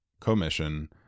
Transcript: commission